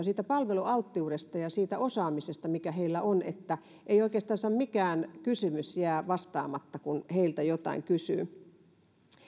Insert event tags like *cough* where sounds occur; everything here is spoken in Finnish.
*unintelligible* siitä palvelualttiudesta ja siitä osaamisesta mikä heillä on ei oikeastaan mikään kysymys jää vastaamatta kun heiltä jotain kysyy